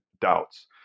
doubts